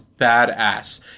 badass